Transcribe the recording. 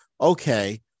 Okay